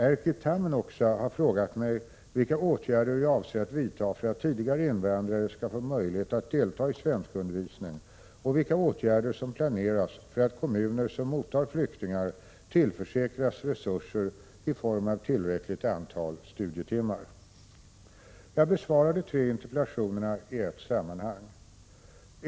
Erkki Tammenoksa har frågat mig vilka åtgärder jag avser att vidta för att tidigare invandrare skall få möjlighet att delta i svenskundervisning och vilka åtgärder som planeras för att kommuner som mottar flyktingar tillförsäkras resurser i form av tillräckligt antal studietimmar. Jag besvarar de tre interpellationerna i ett sammanhang.